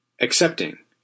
Accepting